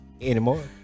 anymore